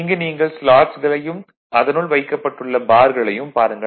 இங்கு நீங்கள் ஸ்லாட்ஸ்களையும் அதுனுள் வைக்கப்பட்டுள்ள பார்களையும் பாருங்கள்